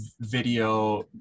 video